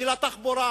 התחבורה